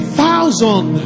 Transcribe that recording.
thousand